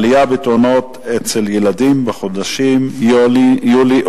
עלייה במספר הילדים שנפגעו בתאונות בחודשים יולי-אוגוסט.